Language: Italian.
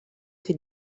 che